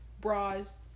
bras